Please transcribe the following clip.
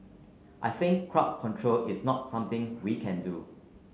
I think crowd control is not something we can do